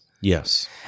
yes